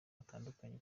hatandukanye